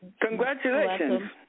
Congratulations